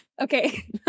Okay